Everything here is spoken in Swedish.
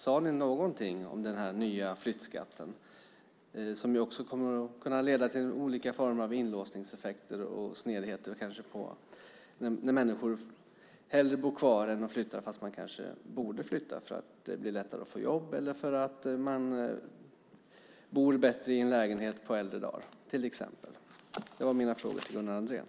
Sade ni någonting om den nya flyttskatten, som kommer att kunna leda till olika former av inlåsningseffekter och snedheter när människor hellre bor kvar än att flytta fast man kanske borde flytta för att det blir lättare att få jobb eller för att man bor bättre i en lägenhet på äldre dagar till exempel? Det var mina frågor till Gunnar Andrén.